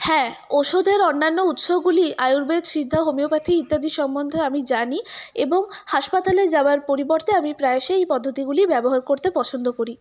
হ্যাঁ ওষুধের অন্যান্য উৎসগুলি আয়ুর্বেদ সিদ্ধা হোমিওপ্যাথি ইত্যাদি সম্বন্ধে আমি জানি এবং হাসপাতালে যাওয়ার পরিবর্তে আমি প্রায়শই এই পদ্ধতিগুলি ব্যবহার করতে পছন্দ করি